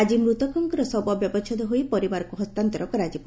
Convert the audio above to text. ଆକି ମୃତକଙ୍କ ଶବ ବ୍ୟବଛେଦ ହୋଇ ପରିବାରକୁ ହସ୍ତାନ୍ତର କରାଯିବ